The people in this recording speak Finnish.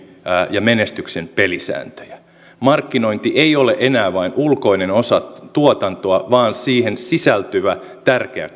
ja menestyksen pelisääntöjä markkinointi ei ole enää vain ulkoinen osa tuotantoa vaan siihen sisältyvä tärkeä